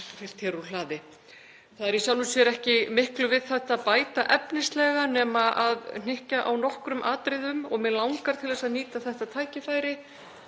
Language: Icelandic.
Það er í sjálfu sér ekki miklu við þetta að bæta efnislega nema að hnykkja á nokkrum atriðum. Mig langar til að nýta þetta tækifæri